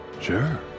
sure